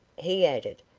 he added,